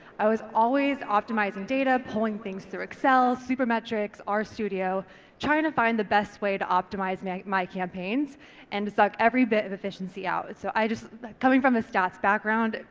i was always optimising data, pulling things through excel, supermetrics, ar studio trying to find the best way to optimise my campaigns and to such every bit of efficiency out. so just coming from a stats background,